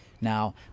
Now